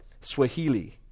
Swahili